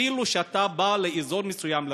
אפילו כשאתה בא לאזור מסוים,